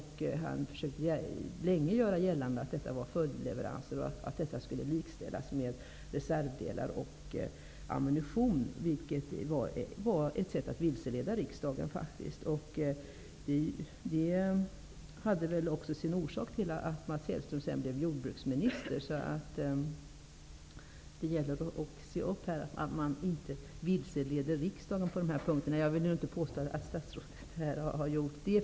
Han försökte länge göra gällande att det var fråga om följdleveranser och att det skulle likställas med leverans av reservdelar och ammunition, vilket faktiskt var ett sätt att vilseleda riksdagen. Detta var väl också en orsak till att Mats Hellström sedan blev jordbruksminister. Så det gäller att se upp så att man inte vilseleder riksdagen på dessa punkter. Jag vill nu inte påstå att statsrådet här har gjort det.